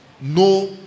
no